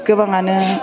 गोबाङानो